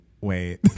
wait